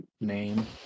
name